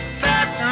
fat